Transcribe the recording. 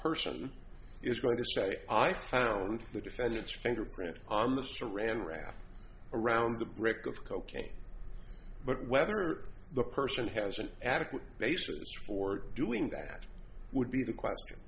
person is going to say i found the defendant's fingerprints on the saran wrap around the brick of cocaine but whether the person has an adequate basis for doing that would be the question